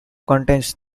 contains